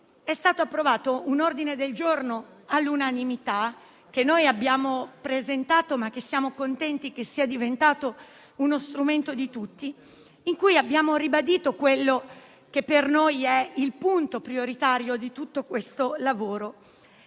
è stato approvato un ordine del giorno all'unanimità - lo abbiamo presentato noi, ma siamo contenti che sia diventato uno strumento di tutti - in cui abbiamo ribadito ciò che per noi è il punto prioritario di tutto questo lavoro.